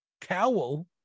cowl